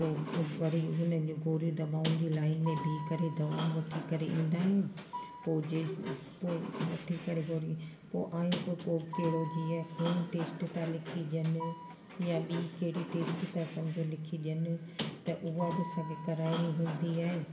पोइ वरी हुनजी गोरियूं दवाउनि जी लाइन में बीहु करे दवाऊं वठी करे ईंदा आहियूं पोइ जेसीं पोइ वठी करे गोरी पोइ आहियूं की पोइ कहिड़ो जीअं खून टेस्ट था लिखी ॾियनि या बि कहिड़ी टेस्ट था समुझो लिखी ॾियनि त उहा बि असांखे कराइणी हूंदी आहे